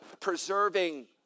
preserving